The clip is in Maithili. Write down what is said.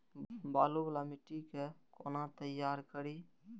बालू वाला मिट्टी के कोना तैयार करी?